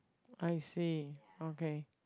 I see okay